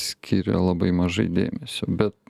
skiria labai mažai dėmesio bet